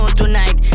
tonight